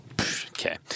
okay